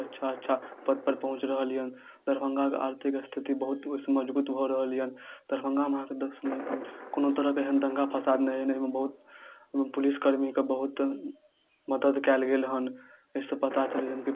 ओकर बादमे जहन किछु दिन एक महिना डेढ़ महिना होइए तऽ हमसब फेर ओहिमे पानिसँ पटबैत छी पानिसँ पटेलाके बादमे हमसब फेर खाद ओहिमे डालैत छी खाद डाल डाललाके बादमे हमसब एक महिना डेढ़ महिना फेर इंतजार करैत छी